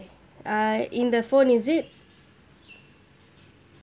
uh in the phone is it